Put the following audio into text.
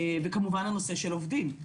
וכמובן הנושא של עובדים.